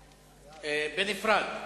בנפרד.